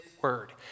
word